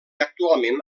actualment